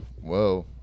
Whoa